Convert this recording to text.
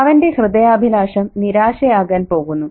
അവന്റെ ഹൃദയാഭിലാഷം നിരാശയാകാൻ പോകുന്നു